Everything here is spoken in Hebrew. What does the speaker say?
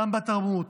גם בתרבות,